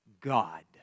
God